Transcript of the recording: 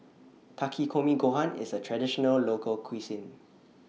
Takikomi Gohan IS A Traditional Local Cuisine